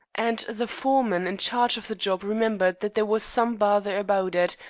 and the foreman in charge of the job remembered that there was some bother about it,